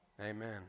amen